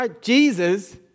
Jesus